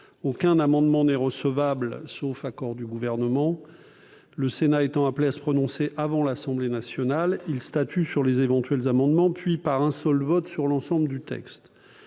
aucun amendement n'est recevable, sauf accord du Gouvernement. En outre, le Sénat étant appelé à se prononcer avant l'Assemblée nationale, il statue sur les éventuels amendements, puis, par un seul vote, sur l'ensemble du texte.